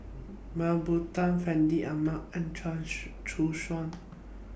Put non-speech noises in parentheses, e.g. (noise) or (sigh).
Mah Bow Tan Fandi Ahmad and Chia (unintelligible) Choo Suan